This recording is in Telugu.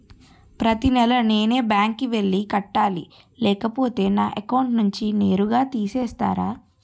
ప్రతి నెల నేనే బ్యాంక్ కి వెళ్లి కట్టాలి లేకపోతే నా అకౌంట్ నుంచి నేరుగా తీసేస్తర?